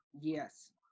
yes